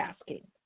asking